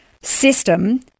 system